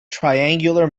triangular